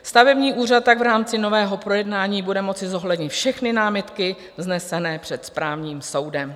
Stavební úřad tak v rámci nového projednání bude moci zohlednit všechny námitky vznesené před správním soudem.